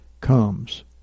comes